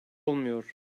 olmuyor